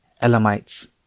Elamites